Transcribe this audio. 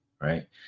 right